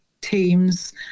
teams